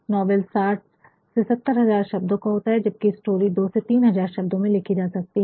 novel साठ से सत्तर हज़ार शब्दों का होता है जबकि स्टोरी दो से तीन हज़ार शब्दों में लिखी जा सकती है